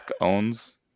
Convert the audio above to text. owns